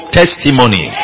testimony